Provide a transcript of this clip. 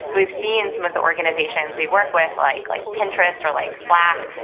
so we've seen some of the organizations we work with, like like pinterest or like slack,